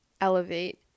elevate